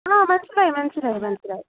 ആ മനസ്സിലായി മനസ്സിലായി മനസ്സിലായി